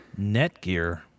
Netgear